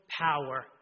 power